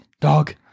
Dog